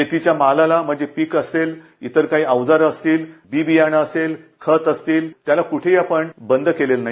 शेतीच्या मालाला म्हणजे पीक असेल इतर काही अवजारे असतीलबी बियाणे असेल खत असतील त्याला कुठेही आपण बंद केलेले नाही